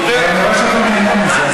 דרך אגב, אתה עולה לכאן רק להשמיץ אותו.